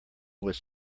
was